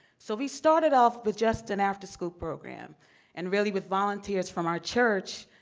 so we started off with just an after school program and really with volunteers from our church,